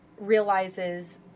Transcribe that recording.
realizes